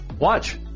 Watch